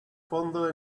fondo